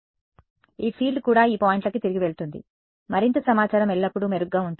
కాబట్టి ఈ ఫీల్డ్ కూడా ఈ పాయింట్లకు తిరిగి వెళ్తుంది మరింత సమాచారం ఎల్లప్పుడూ మెరుగ్గా ఉంటుంది